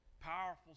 powerful